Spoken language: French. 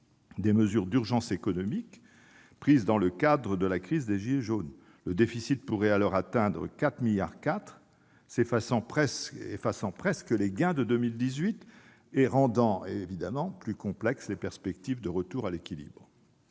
des mesures d'urgence économiques et sociales prises dans le cadre de la crise des gilets jaunes. Le déficit pourrait alors atteindre 4,4 milliards d'euros, effaçant presque les gains de 2018 et rendant plus complexes les perspectives de retour à l'équilibre.